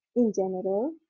in general,